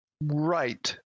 Right